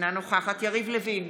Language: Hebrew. אינה נוכחת יריב לוין,